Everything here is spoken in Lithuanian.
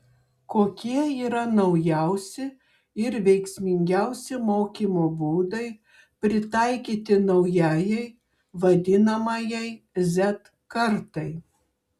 kokie yra naujausi ir veiksmingiausi mokymo būdai pritaikyti naujajai vadinamajai z kartai